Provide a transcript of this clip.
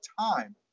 time